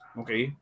okay